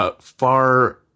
far